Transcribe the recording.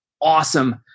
awesome –